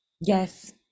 Yes